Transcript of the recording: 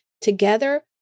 Together